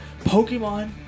Pokemon